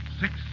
six